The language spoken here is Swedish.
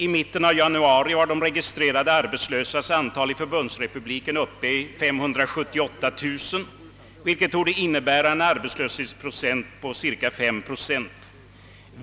I mitten av januari var antalet registrerade arbetslösa i förbundsrepubliken uppe i 578 000, vilket torde innebära en arbetslöshet på cirka fem procent.